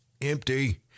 empty